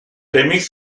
remix